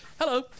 Hello